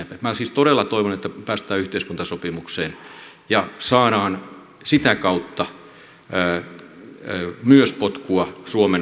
minä siis todella toivon että päästään yhteiskuntasopimukseen ja saadaan sitä kautta myös potkua suomen toimintaan